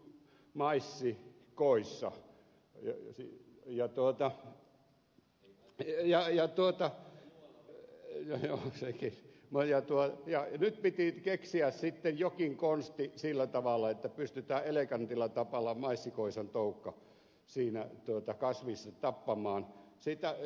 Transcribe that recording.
elikkä sen viljelyn ongelma on maissikoissa joo sekin ja nyt piti keksiä sitten jokin konsti sillä tavalla että pystytään elegantilla tavalla maissikoison toukka siinä kasvissa tappamaan